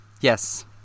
Yes